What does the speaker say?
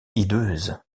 hideuses